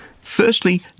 Firstly